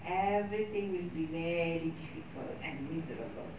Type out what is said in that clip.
everything will be very difficult and miserable